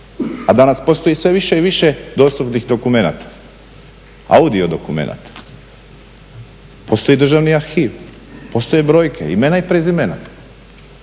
a danas postoji sve više i više dostupnih dokumenata, audio dokumenata. Postoji državni arhiv, postoje brojke, imena i prezimena.